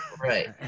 right